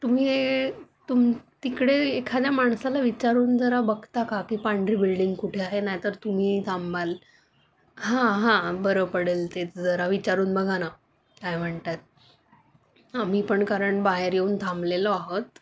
तुम्ही तुम तिकडे एखाद्या माणसाला विचारून जरा बघता का की पांढरी बिल्डिंग कुठे आहे नाही तर तुम्ही थांबाल हां हां बरं पडेल ते जरा विचारून बघा ना काय म्हणतात आम्ही पण कारण बाहेर येऊन थांबलेलो आहोत